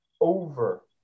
over